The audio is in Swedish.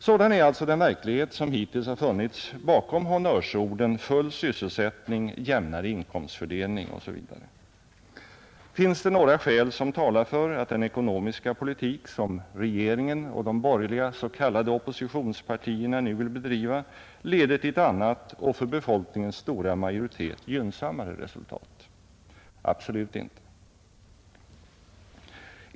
Sådan är alltså den verklighet som hittills har funnits bakom honnörsorden full sysselsättning, jämnare inkomstfördelning osv. Finns det några skäl som talar för att den ekonomiska politik som regeringen och de borgerliga s.k. oppositionspartierna nu vill bedriva leder till ett annat och för befolkningens stora majoritet gynnsammare resultat? Absolut inte.